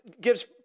gives